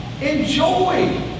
Enjoy